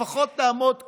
לפחות תעמוד כאן,